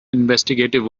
investigative